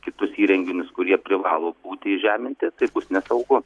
kitus įrenginius kurie privalo būti įžeminti tai bus nesaugu